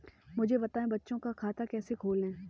मुझे बताएँ बच्चों का खाता कैसे खोलें?